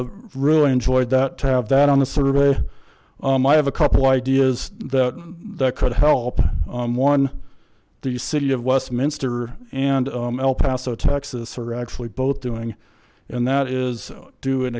have really enjoyed that to have that on the survey i have a couple ideas that that could help on one the city of westminster and el paso texas are actually both doing and that is do an